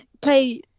Play